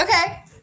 Okay